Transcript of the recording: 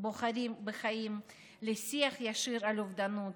"בוחרים בחיים" לשיח ישיר על אובדנות,